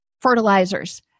fertilizers